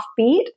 offbeat